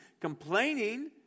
complaining